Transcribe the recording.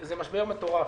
זה משבר מטורף.